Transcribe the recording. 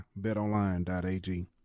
BetOnline.ag